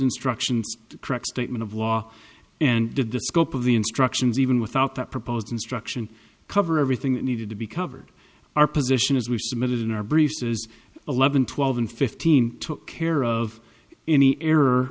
instructions correct statement of law and did the scope of the instructions even without that proposed instruction cover everything that needed to be covered our position as we submitted in our briefs is eleven twelve and fifteen took care of any